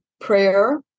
prayer